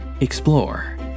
Explore